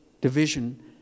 division